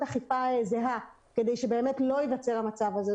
אכיפה זהה כדי שבאמת לא ייווצר המצב הזה,